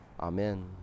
Amen